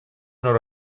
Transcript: nord